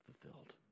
fulfilled